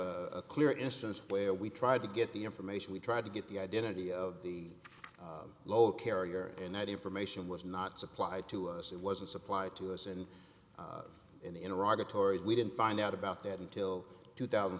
a clear instance where we tried to get the information we tried to get the identity of the lower carrier and that information was not supplied to us it wasn't supplied to us and in iraq the tories we didn't find out about that until two thousand